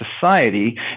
society